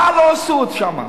מה לא עשו שם.